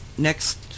next